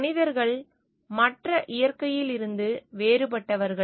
மனிதர்கள் மற்ற இயற்கையிலிருந்து வேறுபட்டவர்கள்